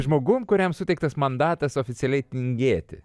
žmogum kuriam suteiktas mandatas oficialiai tingėti